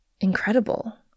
incredible